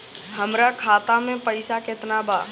हमरा खाता में पइसा केतना बा?